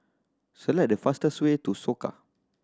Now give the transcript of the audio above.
select the fastest way to Soka